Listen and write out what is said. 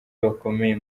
bakomeye